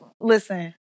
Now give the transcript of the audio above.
Listen